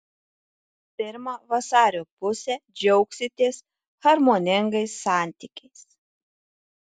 pirmą vasario pusę džiaugsitės harmoningais santykiais